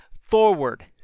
forward